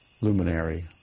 luminary